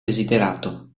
desiderato